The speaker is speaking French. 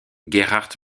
gerhard